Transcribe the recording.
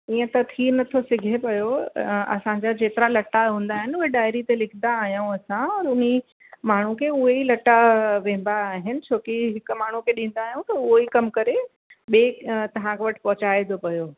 ईअं त थी नथो सघे पयो असांजा जेतिरा लटा हूंदा आहिनि उहे डायरी ते लिखंदा आहियूं असां और उन्ही माण्हू खे उहे ई लटा वेंदा आहिनि छोकी हिकु माण्हू खे ॾींदा आहियूं त उहो ई कमु करे ॿिए तव्हां वटि पहुचाए थो पयो